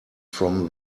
from